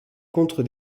contre